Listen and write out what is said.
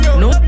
no